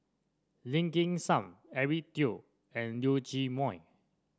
Lim Kim San Eric Teo and Leong Chee Mun